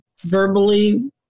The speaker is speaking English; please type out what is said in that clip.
verbally